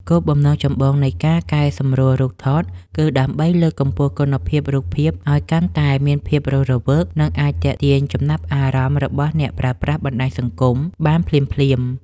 គោលបំណងចម្បងនៃការកែសម្រួលរូបថតគឺដើម្បីលើកកម្ពស់គុណភាពរូបភាពឱ្យកាន់តែមានភាពរស់រវើក និងអាចទាក់ទាញចំណាប់អារម្មណ៍របស់អ្នកប្រើប្រាស់បណ្តាញសង្គមបានភ្លាមៗ។